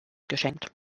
geschenkt